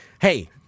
Hey